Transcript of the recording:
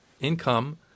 income